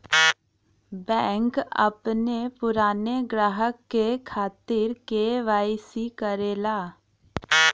bank अपने पुराने ग्राहक के खातिर के.वाई.सी करला